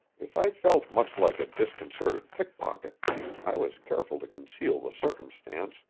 if i felt much like a disconcerted pickpocket i was careful to conceal the circumstance,